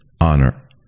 honor